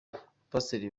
abapasiteri